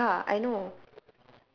ya I know